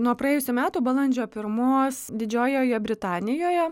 nuo praėjusių metų balandžio pirmos didžiojoje britanijoje